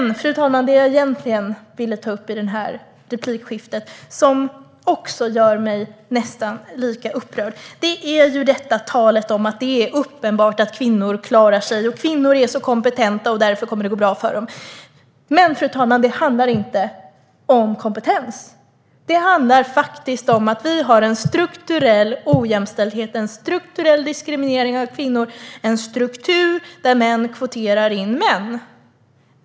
Låt mig nu gå in på det jag egentligen ville ta upp i det här replikskiftet och som gör mig nästan lika upprörd. Det är talet om att det är uppenbart att kvinnor klarar sig och att kvinnor är så kompetenta, så därför kommer det att gå bra för dem. Men detta handlar inte om kompetens. Det handlar faktiskt om att vi har en strukturell ojämställdhet, en strukturell diskriminering av kvinnor och en struktur där män kvoterar in män.